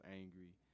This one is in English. angry